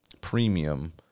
premium